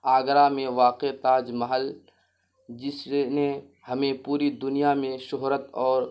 آگرہ میں واقع تاج محل جس نے ہمیں پوری دنیا میں شہرت اور